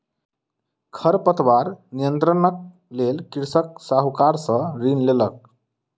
खरपतवार नियंत्रणक लेल कृषक साहूकार सॅ ऋण लेलक